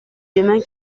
demain